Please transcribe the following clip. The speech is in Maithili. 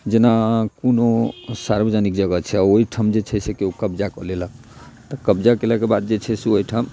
जेना कोनो सार्वजनिक जगह छै आ ओहिठाम जे छै से केओ कब्जा कऽ लेलक तऽ कब्जा केलाके बाद जे छै से ओहिठाम